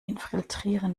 infiltrieren